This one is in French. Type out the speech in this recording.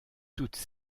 toutes